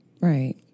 Right